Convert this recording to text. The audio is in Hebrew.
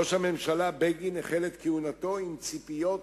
ראש הממשלה בגין החל את כהונתו עם ציפיות